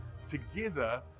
together